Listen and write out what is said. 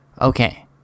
Okay